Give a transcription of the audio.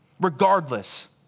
Regardless